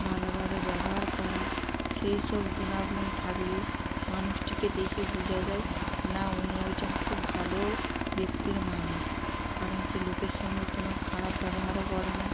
ভালোভাবে ব্যবহার করা সেই সব গুনাগুণ থাকলে মানুষটিকে দেখে বোঝা যায় না উনি একজন খুব ভালো ব্যক্তির মানুষ কারণ সে লোকের সঙ্গে কোনো খারাপ ব্যবহারও করে না